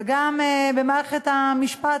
וגם במערכת המשפט,